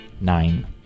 Nine